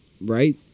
right